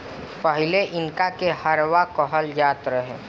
पहिले इनका के हरवाह कहल जात रहे